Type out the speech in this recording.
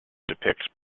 depict